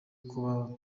kuba